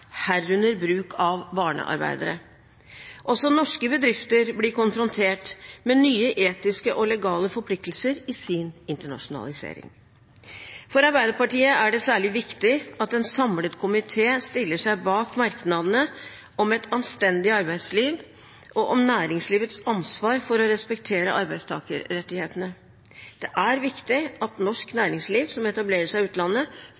herunder bruk av barnearbeidere. Også norske bedrifter blir konfrontert med nye etiske og legale forpliktelser i sin internasjonalisering. For Arbeiderpartiet er det særlig viktig at en samlet komité stiller seg bak merknadene om et anstendig arbeidsliv og om næringslivets ansvar for å respektere arbeidstakerrettighetene. Det er viktig at norsk næringsliv som etablerer seg i utlandet,